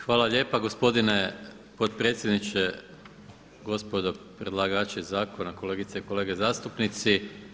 Hvala lijepa gospodine potpredsjedniče, gospodo predlagači zakona, kolegice i kolege zastupnici.